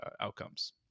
outcomes